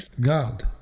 God